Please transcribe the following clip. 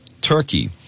turkey